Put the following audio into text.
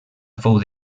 fou